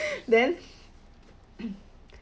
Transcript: then